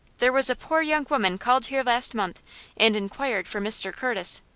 there was a poor young woman called here last month and inquired for mr. curtis.